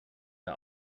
der